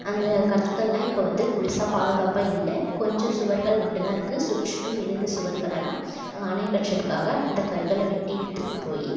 அந்த கற்கள்லாம் இப்போ வந்து முழுசாக பாதுகாப்பாக இல்லை கொஞ்சம் சுவர்கள் மட்டுந்தான் இருக்குது சுற்றிலும் இருந்த சுவர்கள் எல்லா அங்கே அணை கட்டுறதுக்காக அந்த கற்கள வெட்டி எடுத்துகிட்டு போய்